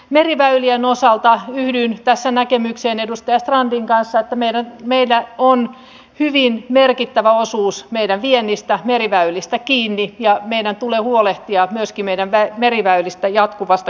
meriväylien osalta yhdyn tässä edustaja strandin kanssa näkemykseen että meillä on hyvin merkittävä osuus meidän viennistämme meriväylistä kiinni ja meidän tulee huolehtia myöskin meidän meriväyliemme jatkuvasta kehittämisestä